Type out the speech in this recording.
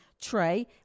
Trey